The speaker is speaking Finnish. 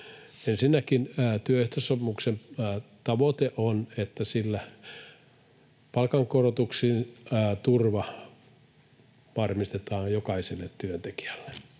Ensinnäkin työehtosopimuksen tavoite on, että sillä palkankorotusten turva varmistetaan jokaiselle työntekijälle,